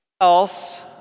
else